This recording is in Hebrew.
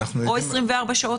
או 24 שעות.